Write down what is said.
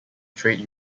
trade